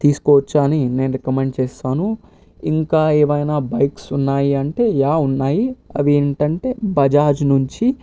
తీసుకోవచ్చా అని నేను రికమెండ్ చేస్తాను ఇంకా ఏమైనా బైక్స్ ఉన్నాయి అంటే యా ఉన్నాయి అవి ఏంటంటే బజాజ్ నుంచి